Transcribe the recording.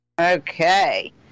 Okay